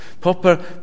Popper